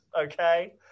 Okay